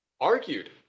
argued